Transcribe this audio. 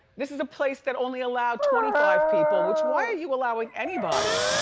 this is the place that only allowed twenty five people, which why are you allowing anybody?